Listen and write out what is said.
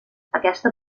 aquesta